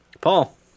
Paul